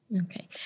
Okay